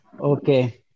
Okay